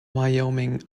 wyoming